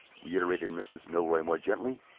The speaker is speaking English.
reiterated mrs. milroy, more gently,